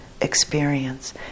experience